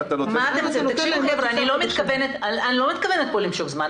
אני לא מתכוונת פה למשוך זמן.